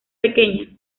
pequeña